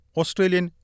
Australian